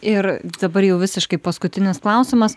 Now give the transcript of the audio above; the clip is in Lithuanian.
ir dabar jau visiškai paskutinis klausimas